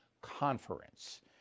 Conference